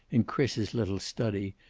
in chris's little study,